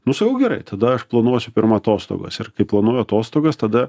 nu sakau gerai tada aš planuosiu pirma atostogas ir kai planuoji atostogas tada